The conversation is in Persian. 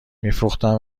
میفروختم